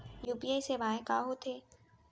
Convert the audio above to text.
UPI सेवाएं का होथे